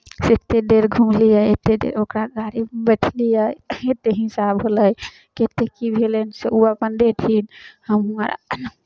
से एतेक देर घुमलियै एतेक देर ओकरा गाड़ीमे बैठलियै कतेक हिसाब भेलै कतेक की भेलनि से ओ अपन देथिन हमहूँ आर आनब